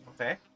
Okay